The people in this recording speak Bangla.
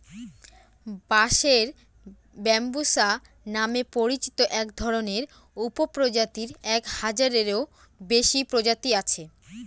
বাঁশের ব্যম্বুসা নামে পরিচিত একধরনের উপপ্রজাতির এক হাজারেরও বেশি প্রজাতি আছে